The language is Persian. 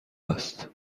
است